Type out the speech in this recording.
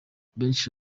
benshi